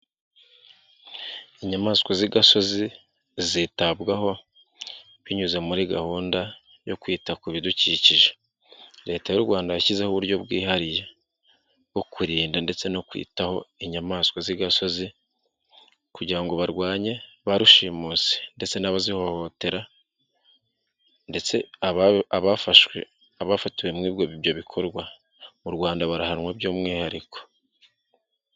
Inyamaswa z'igasozi zitabwaho binyuze muri gahunda yo kwita ku bidukikije. Leta y'u Rwanda yashyizeho uburyo bwihariye bwo kurinda ndetse no kwitaho inyamaswa z'i gasozi kugira ngo barwanye ba rushimusi ndetse n'abazihohotera ndetse abafatiwe muri ibyo bikorwa mu Rwanda barahanwa by'umwihariko.